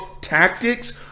Tactics